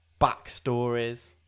backstories